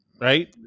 right